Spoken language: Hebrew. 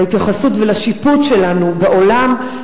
להתייחסות ולשיפוט שלנו בעולם,